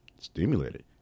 stimulated